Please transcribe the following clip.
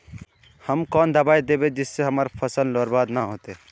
हम कौन दबाइ दैबे जिससे हमर फसल बर्बाद न होते?